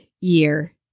year